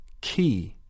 key